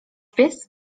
pies